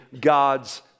God's